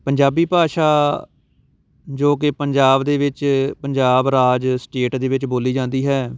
ਪੰਜਾਬੀ ਭਾਸ਼ਾ ਜੋ ਕਿ ਪੰਜਾਬ ਦੇ ਵਿੱਚ ਪੰਜਾਬ ਰਾਜ ਸਟੇਟ ਦੇ ਵਿੱਚ ਬੋਲੀ ਜਾਂਦੀ ਹੈ